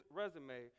resume